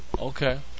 Okay